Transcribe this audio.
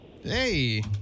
Hey